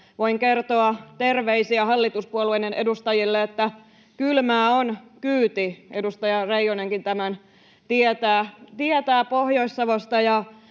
Voin kertoa terveisiä hallituspuolueiden edustajille, että kylmää on kyyti — edustaja Reijonenkin tämän tietää Pohjois-Savosta.